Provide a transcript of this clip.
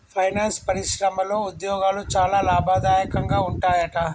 finance పరిశ్రమలో ఉద్యోగాలు చాలా లాభదాయకంగా ఉంటాయట